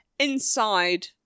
inside